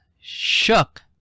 shook